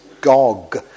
Gog